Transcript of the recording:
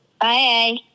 Bye